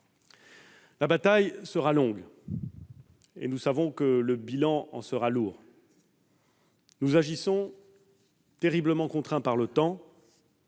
La bataille sera longue, et nous savons que le bilan en sera lourd. Nous agissons terriblement contraints par le temps,